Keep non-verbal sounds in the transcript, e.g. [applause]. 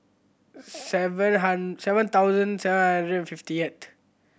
sever [unintelligible] seven thousand seven hundred fiftieth